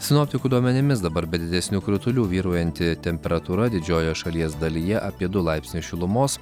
sinoptikų duomenimis dabar be didesnių kritulių vyraujanti temperatūra didžiojoje šalies dalyje apie du laipsnius šilumos